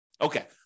Okay